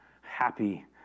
happy